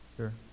Sure